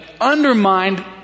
undermined